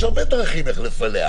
יש הרבה דרכים איך לפלח.